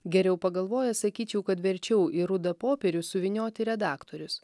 geriau pagalvojęs sakyčiau kad verčiau į rudą popierių suvynioti redaktorius